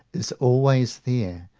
is always there,